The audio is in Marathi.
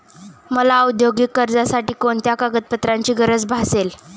मला औद्योगिक कर्जासाठी कोणत्या कागदपत्रांची गरज भासेल?